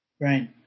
Right